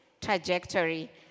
trajectory